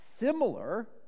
Similar